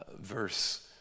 verse